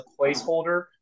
placeholder